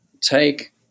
take